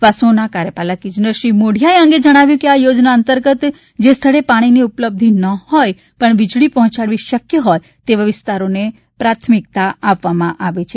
વાસ્મોના કાર્યપાલક ઇજનેર શ્રી મોઢિયાએ આ અંગે જણાવ્યું છે કે આ યોજના અંતર્ગત જે સ્થળે પાણીની ઉપલબ્ધિ ન હોય પણ વીજળી પહોંચાડવી શક્ય હોય તેવા વિસ્તારોને પ્રાથમિકતા આપવામાં આવે છે